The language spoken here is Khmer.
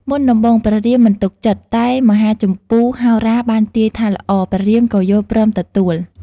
មុនដំបូងព្រះរាមមិនទុកចិត្ត តែមហាជម្ពូហោរាបានទាយថាល្អ ព្រះរាមក៏យល់ព្រមទទួល។